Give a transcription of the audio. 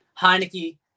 Heineke